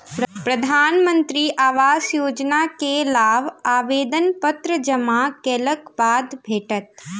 प्रधानमंत्री आवास योजना के लाभ आवेदन पत्र जमा केलक बाद भेटत